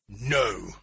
No